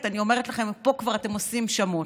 ואני אומרת לכם: פה כבר אתם עושים שמות,